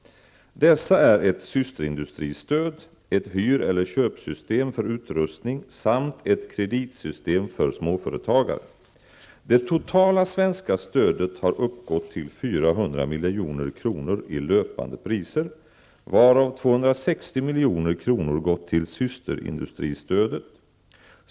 Dessa är ett systerindustristöd, ett hyr /köpsystem för utrustning samt ett kreditsystem för småföretagare. Det totala svenska stödet har uppgått till 400 milj.kr. i löpande priser, varav 260 milj.kr. har gått till systerindustristödet.